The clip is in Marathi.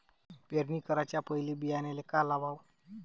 पेरणी कराच्या पयले बियान्याले का लावाव?